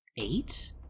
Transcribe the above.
Eight